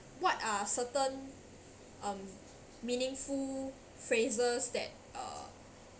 what are certain um meaningful phrases that uh